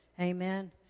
Amen